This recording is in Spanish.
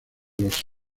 los